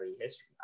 history